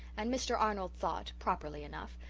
and mr. arnold thought, properly enough,